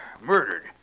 murdered